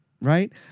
Right